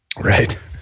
Right